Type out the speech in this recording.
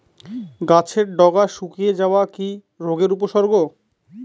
গাছের ডগা শুকিয়ে যাওয়া কি রোগের উপসর্গ?